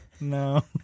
No